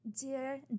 dear